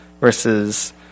versus